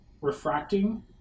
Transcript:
refracting